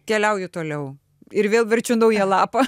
keliauju toliau ir vėl verčiu naują lapą